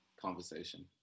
conversation